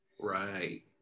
Right